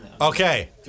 Okay